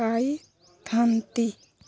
ପାଇଥାନ୍ତି